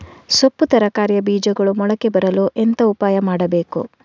ಸೊಪ್ಪು ತರಕಾರಿಯ ಬೀಜಗಳು ಮೊಳಕೆ ಬರಲು ಎಂತ ಉಪಾಯ ಮಾಡಬೇಕು?